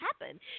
happen